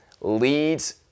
leads